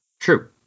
True